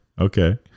Okay